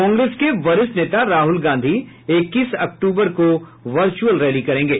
कांग्रेस के वरिष्ठ नेता राहुल गांधी इक्कीस अक्टूबर को वर्चुअल रैली करेंगे